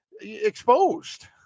exposed